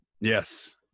Yes